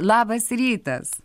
labas rytas